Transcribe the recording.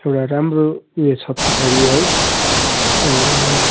एउटा राम्रो उयो छ पछाडि है